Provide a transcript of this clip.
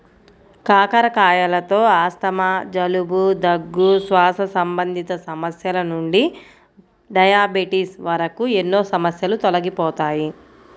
కాకరకాయలతో ఆస్తమా, జలుబు, దగ్గు, శ్వాస సంబంధిత సమస్యల నుండి డయాబెటిస్ వరకు ఎన్నో సమస్యలు తొలగిపోతాయి